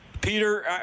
Peter